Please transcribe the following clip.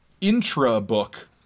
intra-book